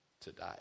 Today